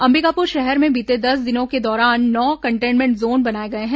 अंबिकापुर शहर में बीते दस दिनों के दौरान नौ कंटेन्मेंट जोन बनाए गए हैं